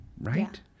Right